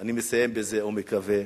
אני מסיים בזה ומקווה